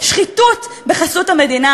שחיתות בחסות המדינה,